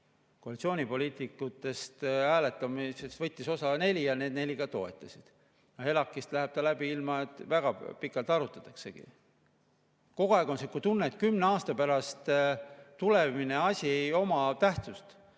Koalitsioonipoliitikuid võttis hääletamisest osa neli ja need neli ka toetasid. ELAK‑ist läheb ta läbi, ilma et väga pikalt arutataksegi. Kogu aeg on selline tunne, et kümne aasta pärast tulev asi ei oma tähtsust.